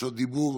בקשות דיבור.